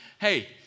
Hey